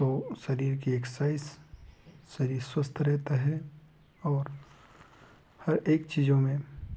तो शरीर की एक्सरसाइज़ शरीर स्वस्थ रहता है और हर एक चीज़ों में